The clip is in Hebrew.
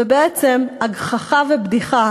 ובעצם הגחכה ובדיחה